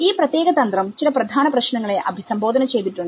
ഈ പ്രത്യേക തന്ത്രം ചില പ്രധാന പ്രശ്നങ്ങളെ അഭിസംബോധന ചെയ്തിട്ടുണ്ട്